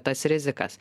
tas rizikas